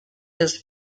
his